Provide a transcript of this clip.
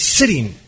sitting